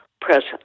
present